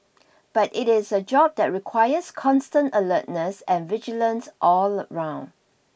but it is a job that requires constant alertness and vigilance all around